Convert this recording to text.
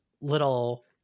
little